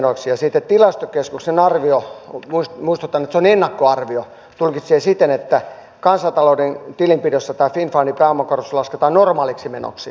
ja sitten tilastokeskuksen arvio muistutan että se on ennakkoarvio tulkitsee siten että kansantalouden tilinpidossa tämä finnfundin pääomakorotus lasketaan normaaliksi menoksi